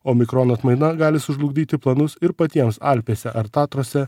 o mikrono atmaina gali sužlugdyti planus ir patiems alpėse ar tatruose